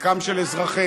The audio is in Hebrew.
חלקם של אזרחיהן,